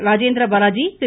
Rajendra Balaji Thiru